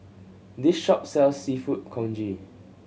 this shop sells Seafood Congee